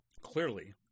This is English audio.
Clearly